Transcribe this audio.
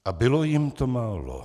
A bylo jim to málo.